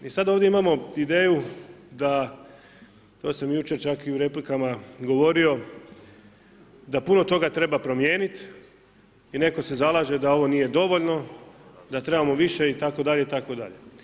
I sad ovdje imamo ideju da, to sam jučer čak i u replikama govorio, da puno toga treba promijeniti i netko se zalaže da ovo nije dovoljno, da trebamo više itd., itd.